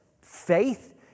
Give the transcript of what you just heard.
faith